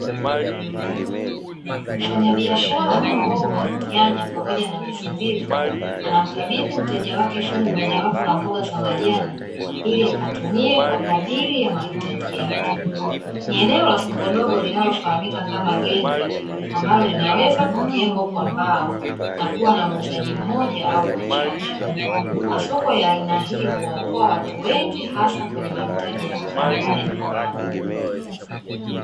Mfanyabiashara wa mboga, nyanya pamoja na ndizi mbivu, anamkabidhi mateja wake fungu mojawapo la mboga za majani, ili akatumie kadri ya mahitaji yake. Ni eneo la soko dogo linalofahamika kama genge, ambalo linaweza kujengwa kwa mbao, na kuwa na muuzaji mmoja au wachache. Masoko ya aina hii huwaokoa watu wengi hasa kwenye mahitaji ya haraka ya nyumbani.